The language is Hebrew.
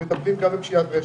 שמטפלים גם בפשיעת רשת,